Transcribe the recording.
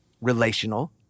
Relational